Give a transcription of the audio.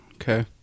okay